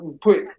put